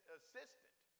assistant